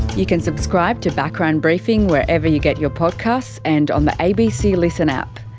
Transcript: you can subscribe to background briefing wherever you get your podcasts, and on the abc listen app.